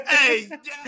Hey